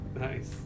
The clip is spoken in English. Nice